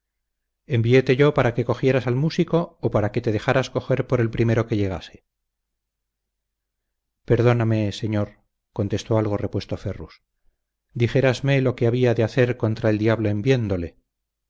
tierra enviéte yo para que cogieras al músico o para que te dejaras coger por el primero que llegase perdóname señor contestó algo repuesto ferrus dijérasme lo que había de hacer contra el diablo en viéndole